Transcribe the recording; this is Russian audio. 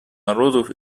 народов